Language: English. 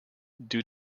due